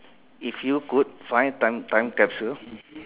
if you could find time time capsule